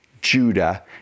Judah